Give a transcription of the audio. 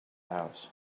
house